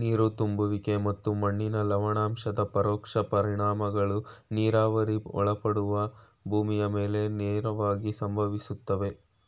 ನೀರು ತುಂಬುವಿಕೆ ಮತ್ತು ಮಣ್ಣಿನ ಲವಣಾಂಶದ ಪರೋಕ್ಷ ಪರಿಣಾಮಗಳು ನೀರಾವರಿಗೆ ಒಳಪಡುವ ಭೂಮಿಯ ಮೇಲೆ ನೇರವಾಗಿ ಸಂಭವಿಸ್ತವೆ